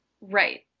Right